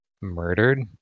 murdered